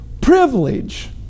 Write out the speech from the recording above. privilege